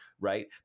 right